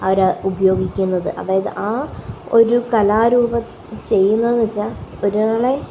അവര് ഉപയോഗിക്കുന്നത് അതായത് ആ ഒരു കലാരൂപം ചെയ്യുന്നതെന്നുവെച്ചാല് ഒരാളെ